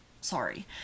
sorry